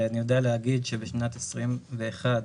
אני יודע להגיד שבשנת 21'